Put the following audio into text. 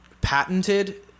patented